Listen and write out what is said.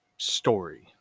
story